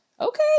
Okay